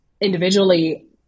individually